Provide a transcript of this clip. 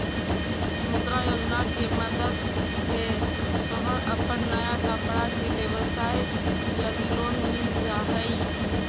मुद्रा योजना के मदद से तोहर अपन नया कपड़ा के व्यवसाए लगी लोन मिल जा हई